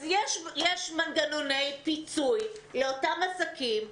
אז יש מנגנוני פיצוי לאותם עסקים,